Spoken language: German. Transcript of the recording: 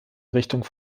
richtung